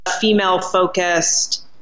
female-focused